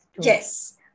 Yes